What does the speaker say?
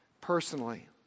personally